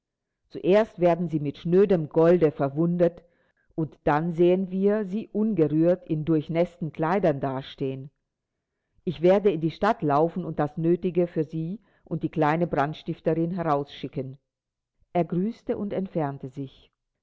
zuerst werden sie mit schnödem golde verwundet und dann sehen wir sie ungerührt in durchnäßten kleidern dastehen ich werde in die stadt laufen und das nötige für sie und die kleine brandstifterin herausschicken er grüßte und entfernte sich